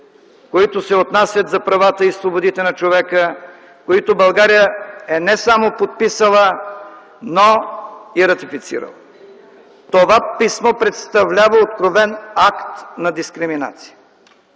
които се отнасят до правата и свободите на човека, които България не само е подписала, но и ратифицирала. Това писмо представлява откровен акт на дискриминация.